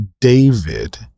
David